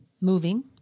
moving